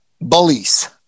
Bullies